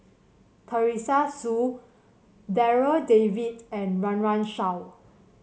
Teresa Hsu Darryl David and Run Run Shaw